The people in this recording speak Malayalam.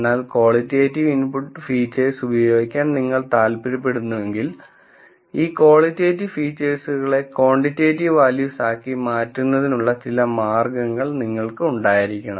എന്നാൽ ക്വാളിറ്റേറ്റിവ് ഇൻപുട്ട് ഫീച്ചേഴ്സ് ഉപയോഗിക്കാൻ നിങ്ങൾ താൽപ്പര്യപ്പെടുന്നെങ്കിൽ ഈ ക്വാളിറ്റേറ്റിവ് ഫീച്ചേഴ്സുകളെ ക്വാണ്ടിറ്റേറ്റീവ് വാല്യൂസ് ആക്കി മാറ്റുന്നതിനുള്ള ചില മാർഗ്ഗങ്ങൾ നിങ്ങൾക്ക് ഉണ്ടായിരിക്കണം